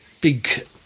big